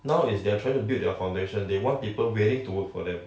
now is they're trying to build their foundation they want people willing to work for them